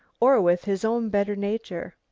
or with his own better nature.